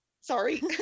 sorry